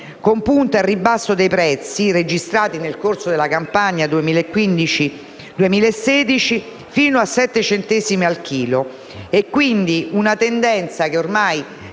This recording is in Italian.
con punte al ribasso dei prezzi, registrate nel corso della campagna 2015-2016, fino a sette centesimi al chilo.